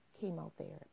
chemotherapy